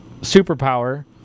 superpower